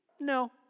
no